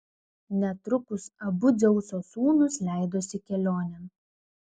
netrukus abu dzeuso sūnūs leidosi kelionėn